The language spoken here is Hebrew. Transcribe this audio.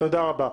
תודה רבה,